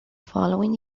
following